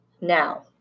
Now